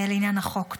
לעניין החוק.